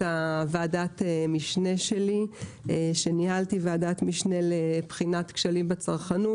ועדת המשנה שלי שניהלתי לבחינת כשלים בצרכנות,